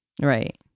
right